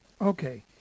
Okay